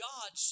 God